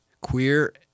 queer